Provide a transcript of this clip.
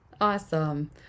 Awesome